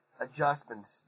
adjustments